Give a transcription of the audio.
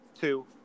two